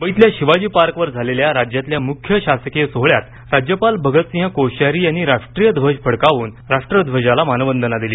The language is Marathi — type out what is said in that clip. मुंबईतल्या शिवाजी पार्कवर झालेल्या राज्यातल्या मृख्य शासकीय सोहळ्यात राज्यपाल भगतसिंह कोश्यारी यांनी राष्ट्रीय ध्वज फडकवून राष्ट्रध्वजाला मानवंदना दिली